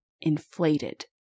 inflated